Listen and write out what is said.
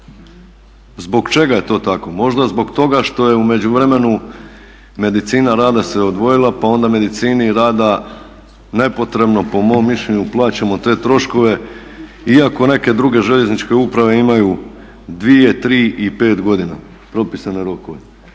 Zbog čega je to tako? Možda zbog toga što je u međuvremenu medicina rada se odvojila pa onda medicini rada nepotrebno po mom mišljenju plaćamo te troškove iako neke druge željezničke uprave imaju 2, 3 i 5 godina propisane rokove.